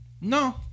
No